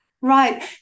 Right